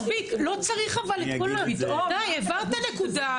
מספיק, די הבהרת את הנקודה.